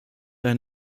ein